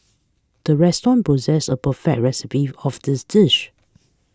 the restaurant possesses a perfect recipe of this dish